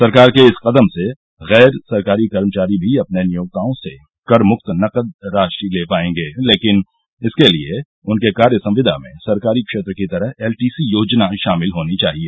सरकार के इस कदम से गैर सरकारी कर्मचारी भी अपने नियोक्ताओं से करमुक्त नकद राशि ले पाएंगे लेकिन इसके लिए उनके कार्य संविदा में सरकारी क्षेत्र की तरह एलटीसी योजना शामिल होनी चाहिए